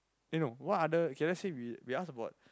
eh no what other okay let's say we we ask about